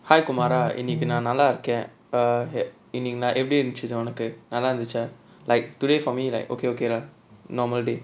hi kumara இன்னைக்கு நா நல்லா இருக்கேன்:innaikku naa nallaa irukkaen ah இன்னைக்கு நாள் எப்படி இருந்துச்சு உனக்கு நல்லா இருந்துச்சா:innaikku naal eppadi irunthuchu unakku nallaa irunthuchaa like today for like okay okay lah normal day